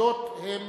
אחדות הן